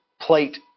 plate